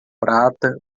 prata